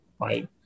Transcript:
right